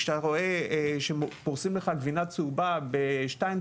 כשאתה רואה שפורסים לך גבינה צהובה ב-2.9,